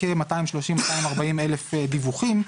כ-232,040 דיווחים,